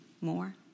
more